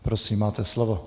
Prosím, máte slovo.